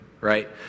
Right